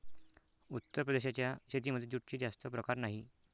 उत्तर प्रदेशाच्या शेतीमध्ये जूटचे जास्त प्रकार नाही